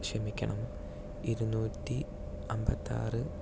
ക്ഷമിക്കണം ഇരുനൂറ്റി അമ്പത്താറ്